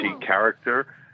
character